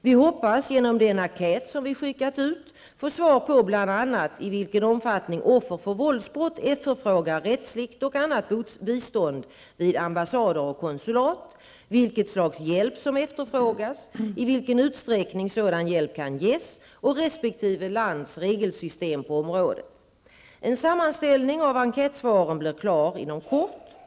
Vi hoppas genom den enkät som vi skickat ut få svar på bl.a. i vilken omfattning offer för våldsbrott efterfrågar rättsligt och annat bistånd vid ambassader och konsulat, vilket slags hjälp som efterfrågas, i vilken utsträckning sådan hjälp kan ges och resp. lands regelsystem på området. En sammanställning av enkätsvaren blir klar inom kort.